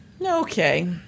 Okay